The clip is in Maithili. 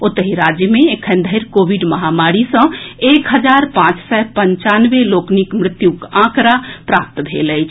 ओतहि राज्य मे एखन धरि कोविड महामारी सँ एक हजार पांच सय पंचानवे लोकनिक मृत्युक आंकड़ा प्राप्त भेल अछि